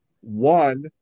one